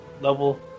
level